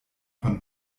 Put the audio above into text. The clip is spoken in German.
von